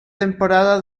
temporada